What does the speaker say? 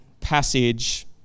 passage